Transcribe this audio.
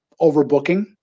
overbooking